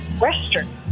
Western